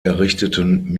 errichteten